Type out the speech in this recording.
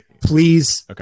Please